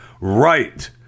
Right